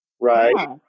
right